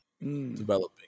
Developing